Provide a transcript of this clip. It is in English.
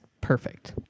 perfect